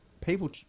people